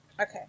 Okay